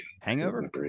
Hangover